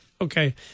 Okay